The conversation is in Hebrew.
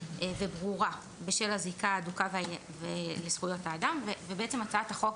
וברורה בשל הזיקה ההדוקה לזכויות האדם והצעת החוק,